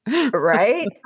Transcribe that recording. Right